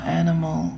animal